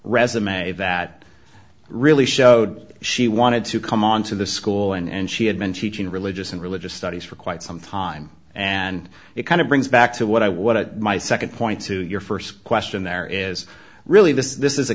resume that really showed she wanted to come on to the school and she had been cheating religious and religious studies for quite some time and it kind of brings back to what i what my second point to your first question there is really this is this is a